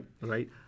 Right